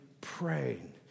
praying